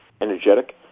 energetic